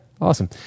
awesome